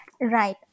Right